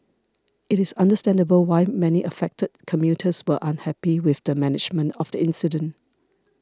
it is understandable why many affected commuters were unhappy with the management of the incident